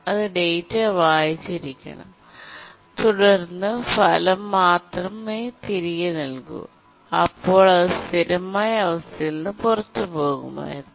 അത് ഡാറ്റ വായിച്ചിരിക്കണം തുടർന്ന് ഫലം മാത്രമേ തിരികെ നൽകൂ അപ്പോൾ അത് സ്ഥിരമായ അവസ്ഥയിൽ നിന്ന് പുറത്തുപോകുമായിരുന്നു